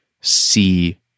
see